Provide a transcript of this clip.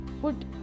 put